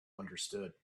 understood